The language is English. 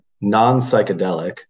non-psychedelic